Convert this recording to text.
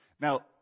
Now